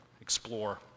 explore